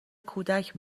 کودک